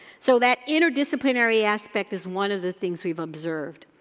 so, that interdisciplinary aspect is one of the things we've observed.